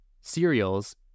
cereals